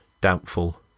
doubtful